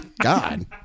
God